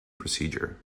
procedure